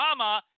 Obama